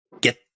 get